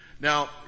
Now